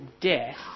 death